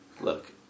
Look